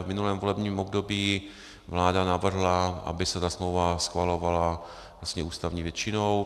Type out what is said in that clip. V minulém volebním období vláda navrhla, aby se ta smlouva schvalovala ústavní většinou.